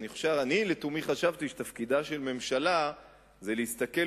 לתומי חשבתי שתפקידה של ממשלה זה להסתכל